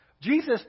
Jesus